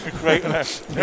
Greatness